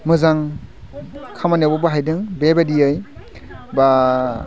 मोजां खामानियावबो बाहायदों बेबायदियै बा